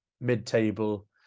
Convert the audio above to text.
mid-table